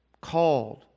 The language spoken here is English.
called